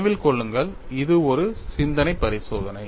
நினைவில் கொள்ளுங்கள் இது ஒரு சிந்தனை பரிசோதனை